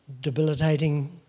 debilitating